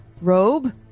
robe